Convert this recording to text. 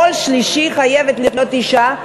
כל שלישי חייב להיות אישה.